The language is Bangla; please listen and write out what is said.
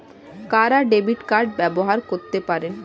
কারা ডেবিট কার্ড ব্যবহার করতে পারেন?